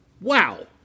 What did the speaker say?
wow